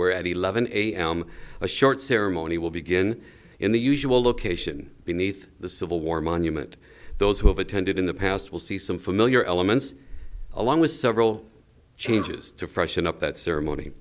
where at eleven a m a short ceremony will begin in the usual location beneath the civil war monument those who have attended in the past will see some familiar elements along with several changes to freshen up that ceremony